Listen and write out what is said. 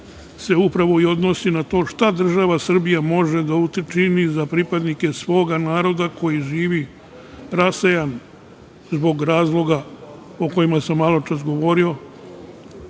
se upravo i odnosi na to šta država Srbija može da učini za pripadnike svoga naroda koji živi rasejan, zbog razloga o kojima sam malo čas govorio,